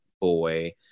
boy